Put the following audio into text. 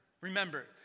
remember